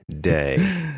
day